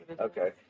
Okay